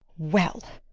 well,